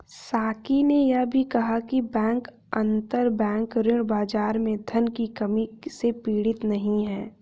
साकी ने यह भी कहा कि बैंक अंतरबैंक ऋण बाजार में धन की कमी से पीड़ित नहीं हैं